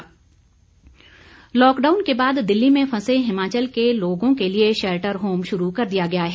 shelter home lockdown के बाद दिल्ली में फंसे हिमाचल के लोगों के लिए शैल्टर होम शुरू कर दिया गया है